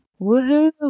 Woohoo